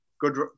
good